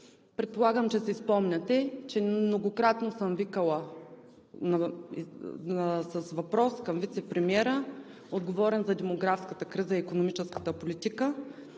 Предполагам, че си спомняте, че многократно съм викала вицепремиера, отговорен за демографската криза и икономическата политика,